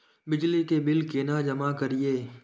बिजली के बिल केना जमा करिए?